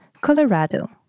Colorado